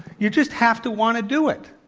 you just have to want to do it.